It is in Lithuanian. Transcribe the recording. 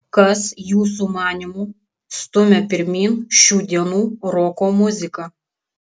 kas jūsų manymu stumia pirmyn šių dienų roko muziką